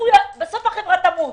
בסוף החברה תמות.